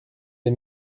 les